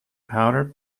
powder